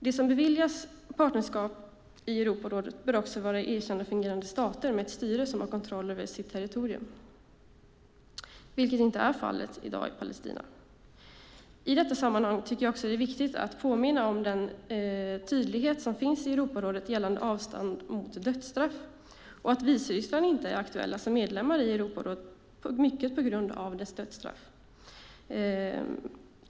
De som beviljas partnerskap i Europarådet bör också vara erkända fungerande stater med ett styre som har kontroll över sitt territorium, vilket inte är fallet i Palestina i dag. I detta sammanhang tycker jag också att det är viktigt att påminna om den tydlighet som finns i Europarådet gällande avståndstagande från dödsstraff och att Vitryssland inte är aktuellt som medlem i Europarådet, mycket på grund av dess dödsstraff.